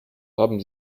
haben